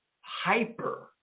hyper